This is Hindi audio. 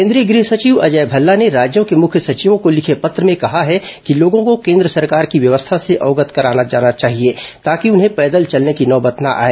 केन्द्रीय गृह सचिव अजय भल्ला ने राज्यों के मुख्य सचिवों को लिखे पत्र में कहा है कि लोगों को केन्द्र सरकार की व्यवस्था से अवगत कराया जाना चाहिए ताकि उन्हें पैदल चलने की नौबत न आए